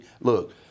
look